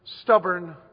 stubborn